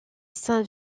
saint